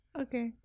Okay